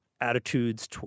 attitudes